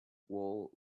wall